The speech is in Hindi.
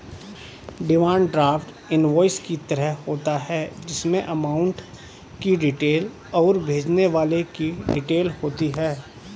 डिमांड ड्राफ्ट इनवॉइस की तरह होता है जिसमे अमाउंट की डिटेल और भेजने वाले की डिटेल होती है